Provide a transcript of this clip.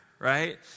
right